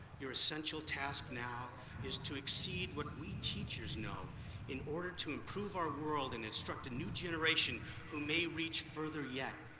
your essential task now is to exceed what we teachers know in order to improve our world and instruct a new generation who may reach further yet.